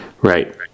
Right